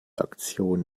aktion